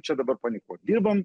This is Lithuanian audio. čia dabar panikuot dirbam